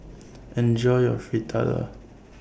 Enjoy your Fritada